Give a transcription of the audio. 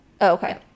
okay